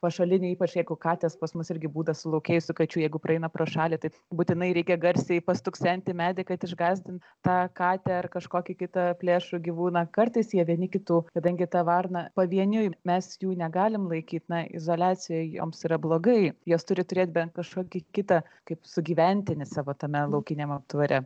pašaliniai ypač jeigu katės pas mus irgi būta sulaukėjusių kačių jeigu praeina pro šalį tik būtinai reikia garsiai pastuksenti į medį kad išgąsdint tą katę ar kažkokį kitą plėšrų gyvūną kartais jie vieni kitų kadangi ta varna pavieniui mes jų negalim laikyti na izoliacija joms yra blogai jos turi turėti bent kažkokį kitą kaip sugyventinį savo tame laukiniame aptvare